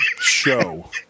show